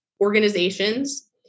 organizations